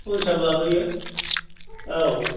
स' हिसाब लाबोयो औ